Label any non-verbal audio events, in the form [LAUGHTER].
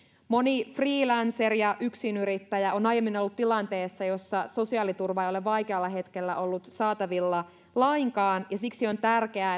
moni freelancer ja yksinyrittäjä on aiemmin ollut tilanteessa jossa sosiaaliturvaa ei ole vaikealla hetkellä ollut saatavilla lainkaan ja siksi on tärkeää [UNINTELLIGIBLE]